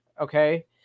okay